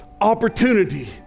opportunity